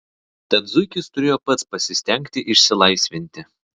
tad zuikis turėjo pats pasistengti išsilaisvinti